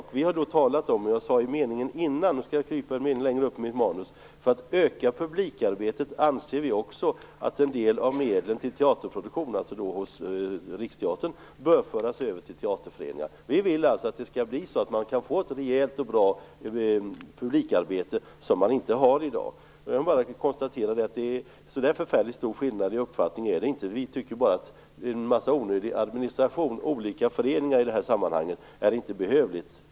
Vi moderater har talat om, och jag sade i meningen innan - och nu skall jag krypa en bit längre upp i mitt manus - att för att öka publikarbetet anser vi också att en del av medlen för teaterproduktion hos Riksteatern bör föras över till teaterföreningar. Vi vill alltså ha ett rejält och bra publikarbete. Det finns inte i dag. Jag kan bara konstatera att det inte är så förfärligt stor skillnad mellan våra uppfattningar. Vi moderater tycker bara att en massa onödig administration och olika föreningar i detta sammanhang inte är behövligt.